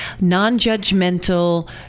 non-judgmental